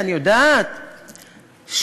אני יודעת,